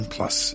Plus